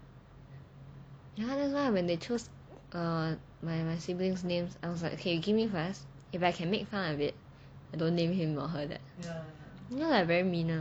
ya that's why when they choose err my my sibling's names I was like okay you give me first if I can make fun of it don't name him or her that you know like very mean [one]